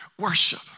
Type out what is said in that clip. Worship